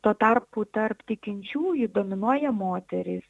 tuo tarpu tarp tikinčiųjų dominuoja moterys